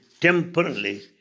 temporarily